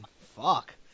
Fuck